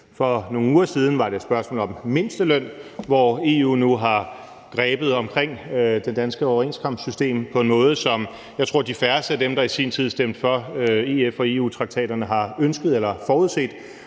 For nogle uger siden var det spørgsmålet om mindsteløn, hvor EU nu har grebet omkring det danske overenskomstsystem på en måde, som jeg tror de færreste af dem, der i sin tid stemte for EF- og EU-traktaterne, har ønsket eller forudset.